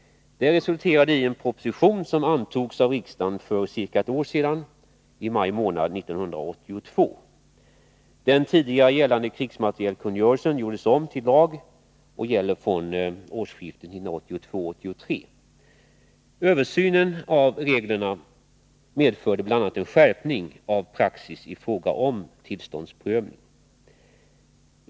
Det resulterade i en proposition, som antogs av riksdagen för ca ett år sedan — i maj månad 1982. Den tidigare gällande krigsmaterielkungörelsen gjordes om till lag och gäller från årsskiftet 1982-1983. Översynen av reglerna medförde bl.a. en skärpning av praxis i fråga om tillståndsprövning.